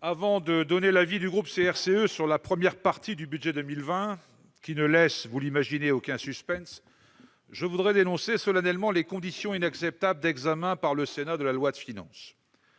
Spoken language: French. avant de donner la position du groupe CRCE sur la première partie du budget pour 2020 qui ne laisse, vous l'imaginez, aucun doute, je veux dénoncer solennellement les conditions inacceptables d'examen par le Sénat du projet de loi de finances.